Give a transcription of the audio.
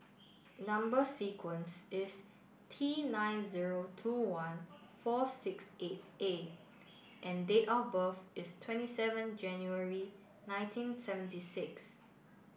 number sequence is T nine zero two one four six eight A and date of birth is twenty seven January nineteen seventy six